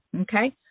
okay